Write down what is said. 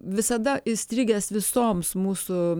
visada įstrigęs visoms mūsų